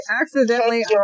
accidentally